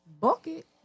Bucket